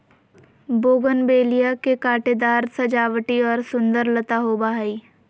bougainvillea के कांटेदार सजावटी और सुंदर लता होबा हइ